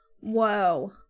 Whoa